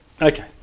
Okay